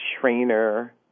trainer